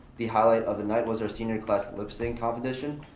the highlight of the night was our senior class lip-sing competition.